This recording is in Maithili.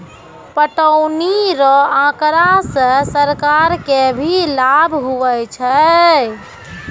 पटौनी रो आँकड़ा से सरकार के भी लाभ हुवै छै